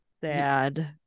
sad